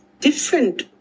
different